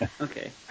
Okay